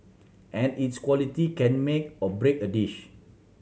and its quality can make or break a dish